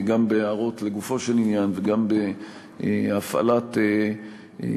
גם בהערות לגופו של עניין וגם בהפעלת הלחץ